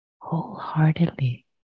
wholeheartedly